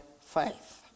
faith